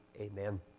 amen